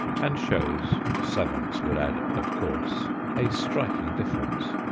and shows savants would add of course a striking difference.